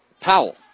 Powell